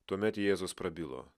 tuomet jėzus prabilo